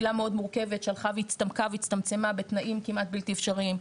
קהילה מאוד מורכבת שהלכה והצטמקה והצטמצמה בתנאים כמעט בלתי אפשריים,